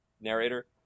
narrator